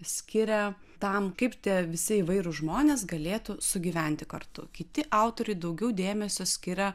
skiria tam kaip tie visi įvairūs žmonės galėtų sugyventi kartu kiti autoriai daugiau dėmesio skiria